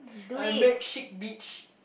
I make sick beats